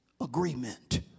agreement